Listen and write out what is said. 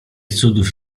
cudów